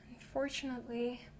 unfortunately